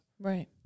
Right